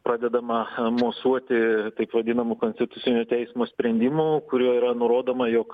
pradedama mosuoti taip vadinamu konstitucinio teismo sprendimo kuriuo yra nurodoma jog